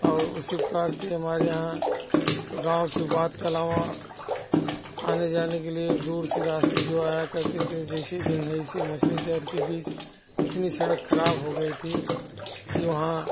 और उसी प्रकार से हमारे यहाँ गाँव के बात के अलावा आने जाने के लिए दूर से रास्ते जो आया करते थे जैसे जंघई से मछली शहर के बीच इतनी सड़क खराब हो गई थी कि वहाँ